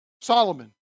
Solomon